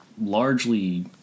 largely